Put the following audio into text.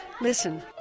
Listen